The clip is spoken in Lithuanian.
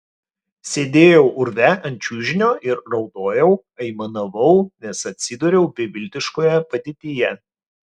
sėdėjau urve ant čiužinio ir raudojau aimanavau nes atsidūriau beviltiškoje padėtyje